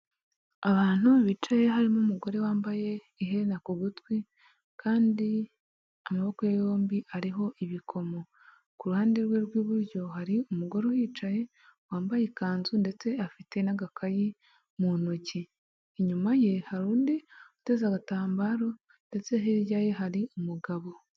Abantu bicaye harimo umugore wambaye iherena ku gutwi kandi amaboko ye yombi ariho ibikomo, ku ruhande rwe rw'iburyo hari umugore uhicaye wambaye ikanzu ndetse afite n'agakayi mu ntoki, inyuma ye hari undi uteza agatambaro ndetse hirya ye hari umugabo.